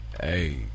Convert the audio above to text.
Hey